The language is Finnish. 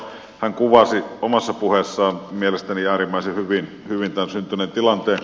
hän kuvasi omassa puheessaan mielestäni äärimmäisen hyvin tämän syntyneen tilanteen